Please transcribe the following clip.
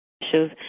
issues